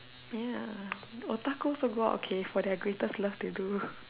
ya otaku also go out okay for their greatest love they do